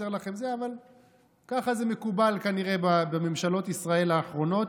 אבל ככה זה מקובל כנראה בממשלות ישראל האחרונות.